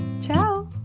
Ciao